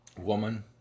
Woman